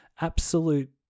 absolute